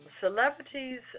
Celebrities